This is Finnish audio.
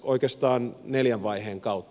oikeastaan neljän vaiheen kautta